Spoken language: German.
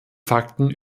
fakten